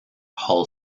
hull